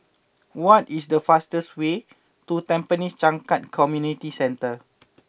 what is the fastest way to Tampines Changkat Community Centre